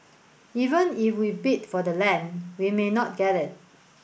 even if we bid for the land we may not get it